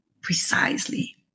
precisely